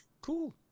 cool